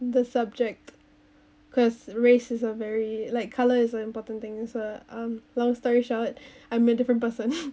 the subject cause race is a very like color is an important thing for so um long story short I'm a different person